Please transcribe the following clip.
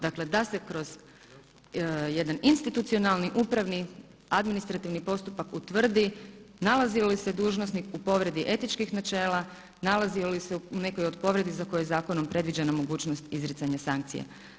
Dakle, da se kroz jedan institucionalni upravni administrativni postupak utvrdi nalazi li se dužnosnik u povredi etičkih načela, nalazi li se u nekoj od povredi za koju je zakonom predviđena mogućnost izricanja sankcija.